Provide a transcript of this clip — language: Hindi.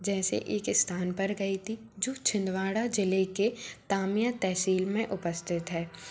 जैसे एक स्थान पर गई थी जो छिंदवाड़ा ज़िले के तामया तहसील में उपस्थित है